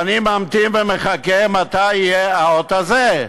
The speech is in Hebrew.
ואני ממתין ומחכה מתי יהיה האות הזה,